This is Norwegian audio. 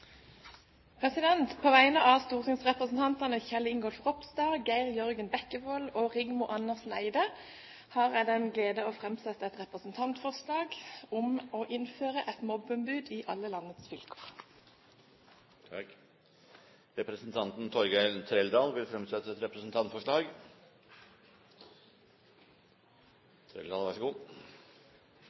representantforslag. På vegne av stortingsrepresentantene Kjell Ingolf Ropstad, Geir Jørgen Bekkevold, Rigmor Andersen Eide og meg selv har jeg den glede å framsette et representantforslag om å innføre et mobbeombud i alle landets fylker. Representanten Torgeir Trældal vil fremsette et representantforslag.